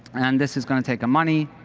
and this is going to take money.